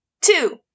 two